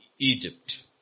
Egypt